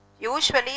Usually